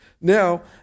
Now